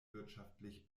wirtschaftlich